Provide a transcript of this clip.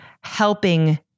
helping